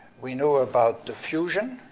we knew about diffusion,